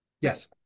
Yes